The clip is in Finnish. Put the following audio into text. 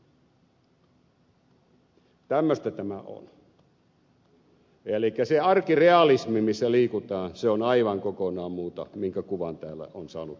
tämmöistä tämä on elikkä se arkirealismi missä liikutaan on aivan kokonaan muuta kuin minkä kuvan täällä on saanut tämän illan aikana